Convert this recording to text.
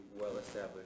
well-established